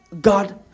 God